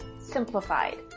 Simplified